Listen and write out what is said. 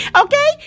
Okay